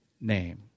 name